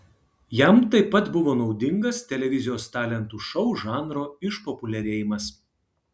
jam taip pat buvo naudingas televizijos talentų šou žanro išpopuliarėjimas